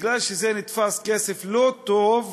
מכיוון שזה נתפס כסף "לא טוב",